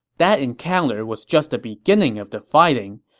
that encounter was just the beginning of the fighting.